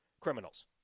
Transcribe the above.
criminals